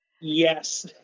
yes